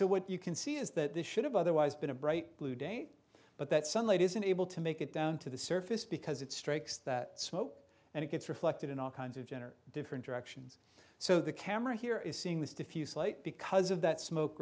so what you can see is that this should have otherwise been a bright blue day but that sunlight isn't able to make it down to the surface because it strikes that smoke and it gets reflected in all kinds of general different directions so the camera here is seeing this diffuse late because of that smoke